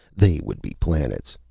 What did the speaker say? they would be planets,